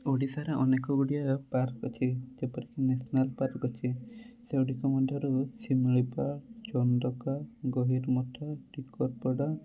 ଓଡ଼ିଶାର ଅନେକ ଗୁଡ଼ିଏ ପାର୍କ୍ ଅଛି ଯେପରିକି ନେସନାଲ୍ ପାର୍କ୍ ଅଛି ସେଗୁଡ଼ିକ ମଧ୍ୟରୁ ଶିମିଳିପାଳ ଚନ୍ଦକା ଗହୀରମଥା ଟିକରପଡ଼ା